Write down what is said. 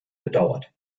bedauert